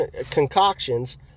concoctions